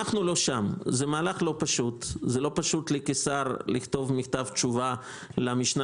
זה לא פשוט לי כשר לכתוב מכתב תשובה למשנה